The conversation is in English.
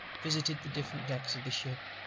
visited the different decks of the ship.